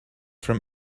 from